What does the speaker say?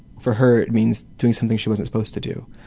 for her it means doing something she wasn't supposed to do.